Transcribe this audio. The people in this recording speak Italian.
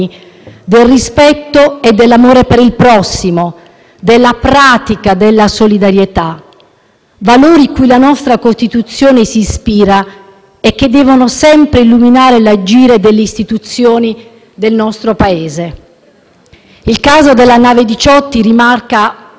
valori cui la nostra Costituzione si ispira e che devono sempre illuminare l'agire delle istituzioni del nostro Paese. Il caso della nave Diciotti rimarca un grande dilemma etico e morale che attiene alla coscienza di ognuno: